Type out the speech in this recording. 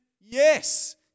Yes